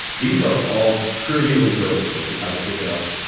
these are all trivially broken if you have a big enough,